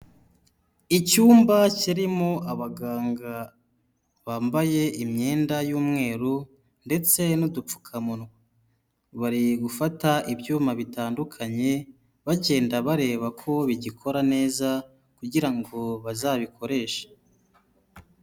Icyumba kirimo abaganga bambaye imyenda y'umweru ndetse n'udupfukamunwa, bari gufata ibyuma bitandukanye bagenda bareba ko bigikora neza kugira ngo bazabikoreshe.